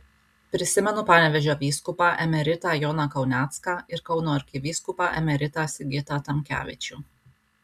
prisimenu panevėžio vyskupą emeritą joną kaunecką ir kauno arkivyskupą emeritą sigitą tamkevičių